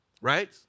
right